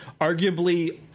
arguably